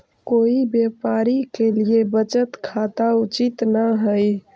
कोई व्यापारी के लिए बचत खाता उचित न हइ